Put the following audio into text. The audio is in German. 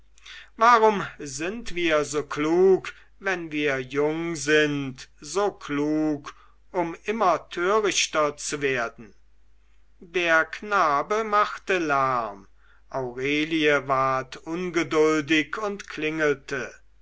warum sind wir so klug wenn wir jung sind so klug um immer törichter zu werden der knabe machte lärm aurelie ward ungeduldig und klingelte